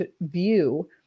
view